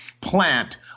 plant